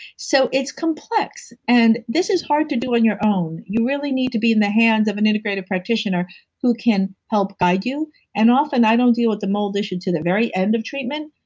so it's complex and this is hard to do on your own. you really need to be in the hands of an integrative practitioner who can help guide you and often i don't deal with the mold issue til the very end of treatment,